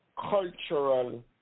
cultural